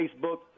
Facebook